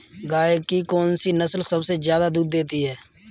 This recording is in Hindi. गाय की कौनसी नस्ल सबसे ज्यादा दूध देती है?